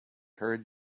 heard